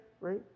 right